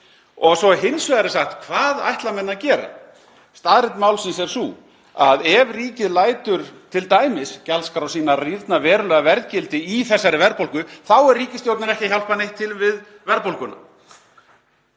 Og svo hins vegar er sagt: Hvað ætla menn að gera? Staðreynd málsins er sú að ef ríkið lætur t.d. gjaldskrá sína rýrna verulega að verðgildi í þessari verðbólgu þá er ríkisstjórnin ekki að hjálpa neitt til við verðbólguna.